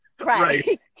Right